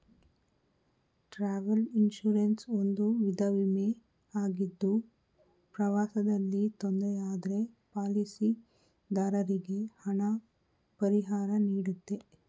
travel insurance ಒಂದು ವಿಧ ವಿಮೆ ಆಗಿದ್ದು ಪ್ರವಾಸದಲ್ಲಿ ತೊಂದ್ರೆ ಆದ್ರೆ ಪಾಲಿಸಿದಾರರಿಗೆ ಹಣ ಪರಿಹಾರನೀಡುತ್ತೆ